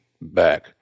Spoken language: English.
back